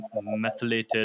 methylated